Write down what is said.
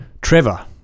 Trevor